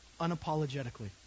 unapologetically